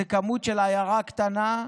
זה מספר לעיירה קטנה,